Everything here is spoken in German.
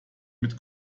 mit